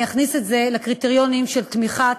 אני אכניס את זה לקריטריונים של תמיכת